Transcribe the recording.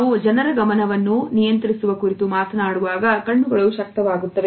ನಾವು ಜನರ ಗಮನವನ್ನು ನಿಯಂತ್ರಿಸುವ ಕುರಿತು ಮಾತನಾಡುವಾಗ ಕಣ್ಣುಗಳು ಶಕ್ತವಾಗುತ್ತವೆ